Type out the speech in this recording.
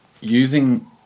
using